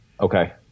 Okay